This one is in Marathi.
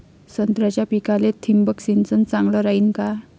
संत्र्याच्या पिकाले थिंबक सिंचन चांगलं रायीन का?